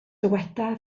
dyweda